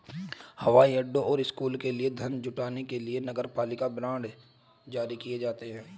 हवाई अड्डों और स्कूलों के लिए धन जुटाने के लिए नगरपालिका बांड जारी किए जाते हैं